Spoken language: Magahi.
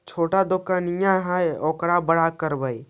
छोटा दोकनिया है ओरा बड़ा करवै?